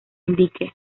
indique